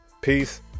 Peace